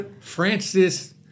Francis